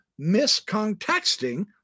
miscontexting